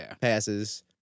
passes